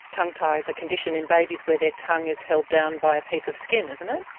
tongue tie is a condition in babies where their tongue is held down by a piece of skin, isn't it?